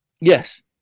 Yes